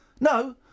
No